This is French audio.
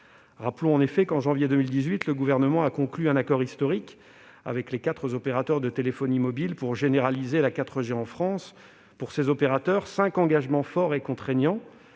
effet, au mois de janvier 2018, le Gouvernement a conclu un accord historique avec les quatre opérateurs de téléphonie mobile pour généraliser la 4G en France. Pour ces opérateurs, cela représente cinq engagements forts et contraignants